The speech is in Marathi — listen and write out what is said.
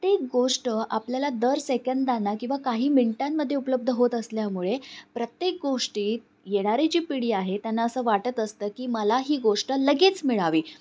प्रत्येक गोष्ट आपल्याला दर सेकंदांना किंवा काही मिनटांमध्ये उपलब्ध होत असल्यामुळे प्रत्येक गोष्टीत येणारी जी पिढी आहे त्यांना असं वाटत असतं की मला ही गोष्ट लगेच मिळावी